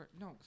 No